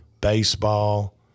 baseball